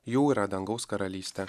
jų yra dangaus karalystė